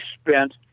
spent